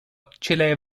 chile